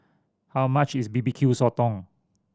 how much is B B Q Sotong